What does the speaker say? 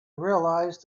realised